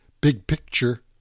big-picture